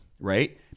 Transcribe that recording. Right